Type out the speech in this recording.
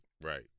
Right